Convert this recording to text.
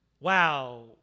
Wow